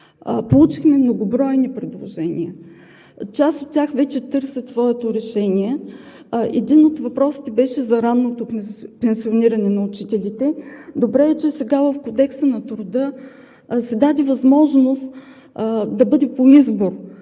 Получихме многобройни предложения. Част от тях вече търсят своето решение. Един от въпросите беше за ранното пенсиониране на учителите. Добре е, че сега в Кодекса на труда се даде възможност да бъде по избор